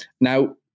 now